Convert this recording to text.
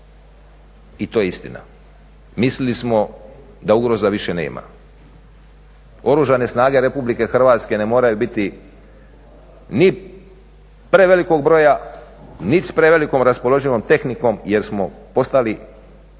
I to je istina. Mislili smo da ugroza više nema. Oružane snage RH ne moraju biti ni prevelikog broja nit s prevelikom raspoloživom tehnikom jer smo postali